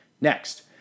Next